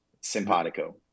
simpatico